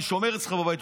אני שומר אצלך בבית,